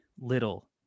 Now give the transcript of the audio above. little